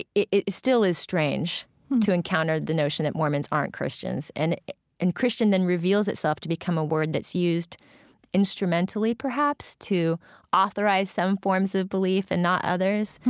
it it still is strange to encounter the notion that mormons aren't christians. and and christian then reveals itself to become a word that's used instrumentally perhaps to authorize some forms of belief and not others,